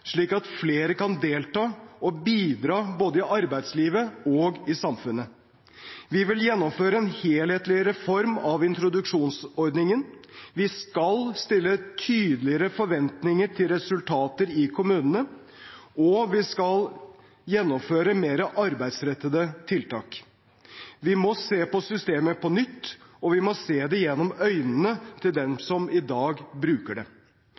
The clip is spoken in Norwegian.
slik at flere kan delta og bidra både i arbeidslivet og i samfunnet. Vi vil gjennomføre en helhetlig reform av introduksjonsordningen. Vi skal stille tydeligere forventninger til resultater i kommunene. Og vi skal gjennomføre mer arbeidsrettede tiltak. Vi må se på systemet på nytt, og vi må se det gjennom øynene til dem som i dag bruker det.